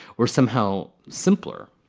were somehow simpler.